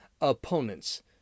opponents